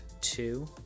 two